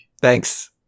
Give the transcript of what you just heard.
Thanks